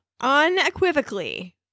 unequivocally